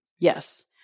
Yes